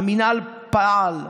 המינהל פעל,